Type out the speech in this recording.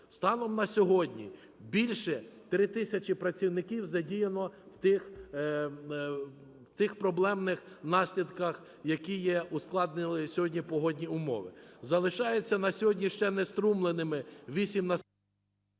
Станом на сьогодні більше 3 тисячі працівників задіяно в тих проблемних наслідках, які ускладнили сьогодні погодні умови. Залишаються на сьогодні ще знеструмленими… ГОЛОВУЮЧИЙ.